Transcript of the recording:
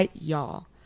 Y'all